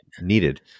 needed